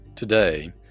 Today